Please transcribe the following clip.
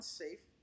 safe